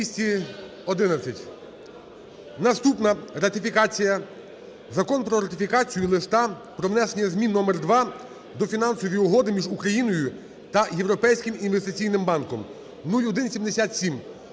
За-211 Наступна ратифікація Закону про ратифікацію Листа про внесення змін № 2 до Фінансової угоди між Україною та Європейським інвестиційним банком (0177).